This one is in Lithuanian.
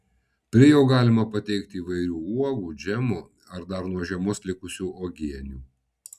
prie jo galima pateikti įvairių uogų džemų ar dar nuo žiemos likusių uogienių